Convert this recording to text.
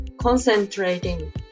concentrating